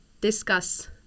discuss